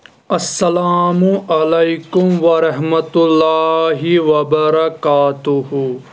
السلام علیکم ورحمتہ اللہ وبرکاتہ